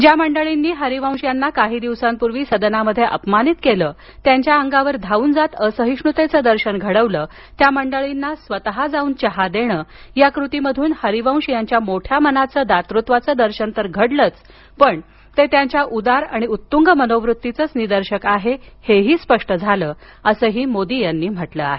ज्या मंडळींनी हरिवंश यांना काही दिवसांपूर्वी सदनामध्ये अपमानित केलं त्यांच्यावर धावून जात असहिष्णुतेचे दर्शन घडवले त्या मंडळींना स्वतः जाऊन चहा देणं या कृतीमधून हरिवंश यांच्या मोठ्या मनाचं दातृत्वाचं दर्शन तर घडलंच पण ते त्यांच्या उदार उत्तुंग मनोवृत्तीचंच निदर्शक आहे हेही स्पष्ट झालं असं ही मोदी यांनी म्हटलं आहे